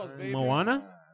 Moana